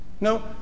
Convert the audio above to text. No